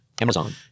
Amazon